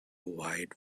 wide